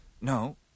No